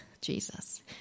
Jesus